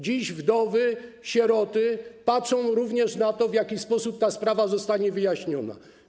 Dziś wdowy, sieroty patrzą również na to, w jaki sposób ta sprawa zostanie wyjaśniona.